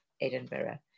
Edinburgh